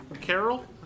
Carol